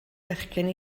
bechgyn